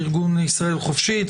ארגון ישראל חופשית,